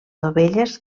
dovelles